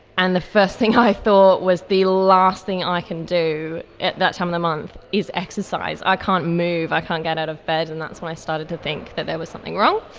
and the first thing i thought was the last thing i can do at that time of the month is exercise. i can't move, i can't get out of bed, and that's when i started to think that there was something wrong.